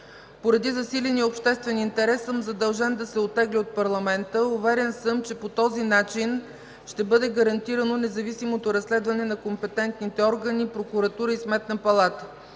Поради засиления обществен интерес съм задължен да се оттегля от парламента. Уверен съм, че по този начин ще бъде гарантирано независимото разследване на компетентните органи, прокуратура и Сметна палата.